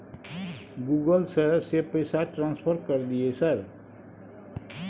Google से से पैसा ट्रांसफर कर दिय सर?